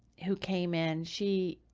who came in. she,